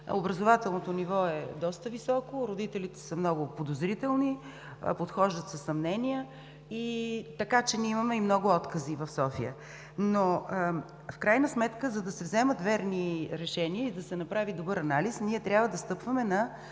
образователното ниво е доста високо, родителите са много подозрителни, подхождат със съмнения, така че ние имаме много откази в София. В крайна сметка, за да се вземат верни решения и да се направи добър анализ, ние трябва да стъпваме на